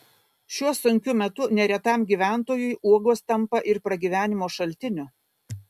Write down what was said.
šiuo sunkiu metu neretam gyventojui uogos tampa ir pragyvenimo šaltiniu